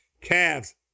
calves